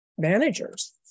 Managers